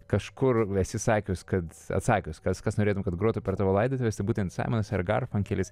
kažkur esi sakius kad atsakius kas kas norėtum kad grotų per tavo laidotuvėse tai būtent saimonas ir garfunkelis